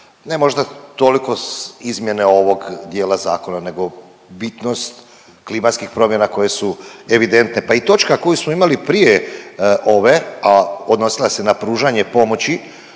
ne možda toliko izmjene ovog dijela zakona nego bitnost klimatskih promjena koje su evidentne, pa i točka koju smo imali prije ove, a odnosila se na pružanje pomoći,